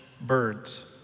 birds